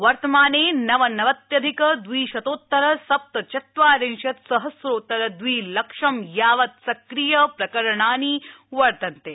वर्तमाने नवनवत्यधिक द्विशतोत्तर सप्तचत्वारिशत् सहम्रोत्तर द्वि लक्ष यावत् सक्रिय प्रकरणानि वर्तन्ते